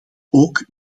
ook